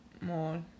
more